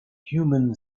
human